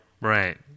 Right